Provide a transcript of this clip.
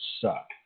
suck